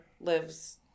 lives